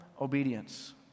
obedience